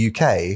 UK